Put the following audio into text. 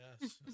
yes